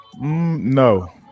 no